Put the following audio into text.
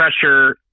pressure